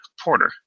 Porter